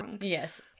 Yes